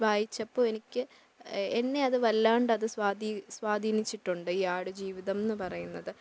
വായിച്ചപ്പോൾ എനിക്ക് എന്നെ അത് വല്ലാണ്ട് അത് സ്വാധീ സ്വാധീനിച്ചിട്ടുണ്ട് ഈ ആട് ജീവിതമെന്നു പറയുന്നത്